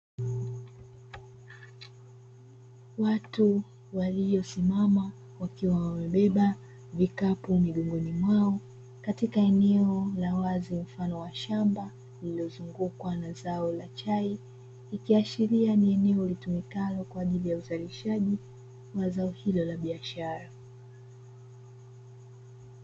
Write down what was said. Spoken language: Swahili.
Watu waliosimama wakiwa wamebeba vikapu migongoni mwao katika eneo la wazi mfano wa shamba lililozungukwa na zao la chai ikiashiria ni eneo ulitumikalo kwa ajili ya uzalishaji wa zao hilo la biashara.